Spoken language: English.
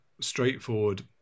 straightforward